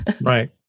right